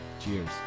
Cheers